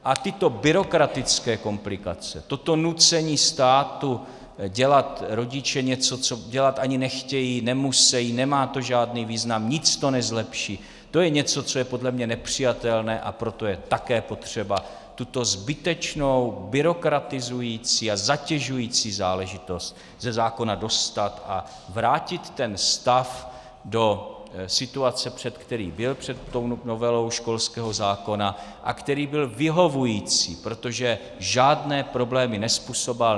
A tyto byrokratické komplikace, toto nucení státu rodiče dělat něco, co dělat ani nechtějí, nemusejí, nemá to žádný význam, nic to nezlepší, to je něco, co je podle mě nepřijatelné, a proto je také potřeba tuto zbytečnou, byrokratizující a zatěžující záležitost ze zákona dostat a vrátit ten stav do situace, ve které byl před novelou školského zákona a který byl vyhovující, protože žádné problémy nezpůsoboval.